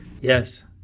Yes